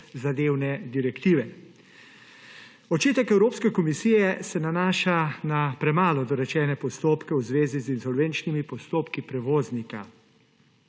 zadevne direktive. Očitek Evropske komisije se nanaša na premalo dorečene postopke v zvezi z insolventnimi postopki prevoznika.